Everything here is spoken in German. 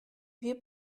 wir